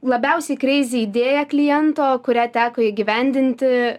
labiausiai kreizi idėja kliento kurią teko įgyvendinti